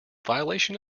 violation